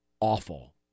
awful